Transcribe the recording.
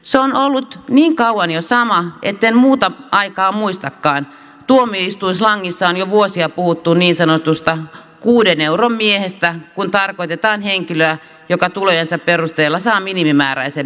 se on ollut minkään lain ja samaa etten muuta aikaa muista kai tuomi istuessaan kisan jo vuosia puhuttu niin sanotusta kuuden euron viennistä kun tarkoitetaan henkilöä joka tulee sen perusteella saa minimimääräisen